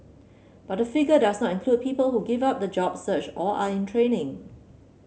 but the figure does not include people who give up the job search or are in training